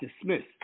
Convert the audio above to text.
dismissed